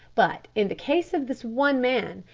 but in the case of this one man,